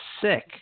sick